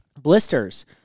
Blisters